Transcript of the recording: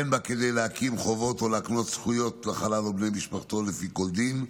אין בה כדי להקים חובות או להקנות זכויות לחלל ולבני משפחתו לפי כל דין.